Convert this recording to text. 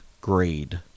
grade